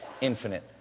infinite